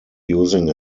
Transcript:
using